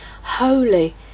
Holy